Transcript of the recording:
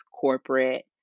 corporate